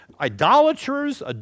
idolaters